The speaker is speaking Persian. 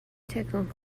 تکون